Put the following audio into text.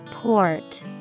Port